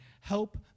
help